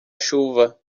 chuva